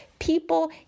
people